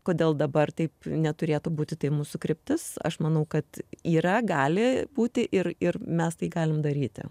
kodėl dabar taip neturėtų būti tai mūsų kryptis aš manau kad yra gali būti ir ir mes tai galim daryti